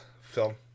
film